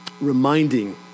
reminding